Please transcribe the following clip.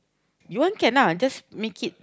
you want can ah just make it